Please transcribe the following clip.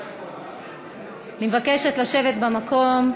אני מבקשת לשבת במקום.